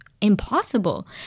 impossible